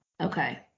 Okay